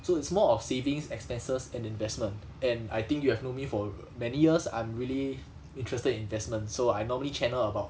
so it's more of savings expenses and investment and I think you have know me for many years I'm really interested in investment so I normally channel about